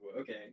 okay